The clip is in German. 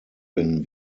bin